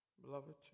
beloved